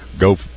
go